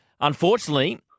unfortunately